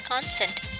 consent